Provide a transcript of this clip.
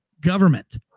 government